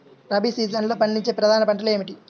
రబీ సీజన్లో పండించే ప్రధాన పంటలు ఏమిటీ?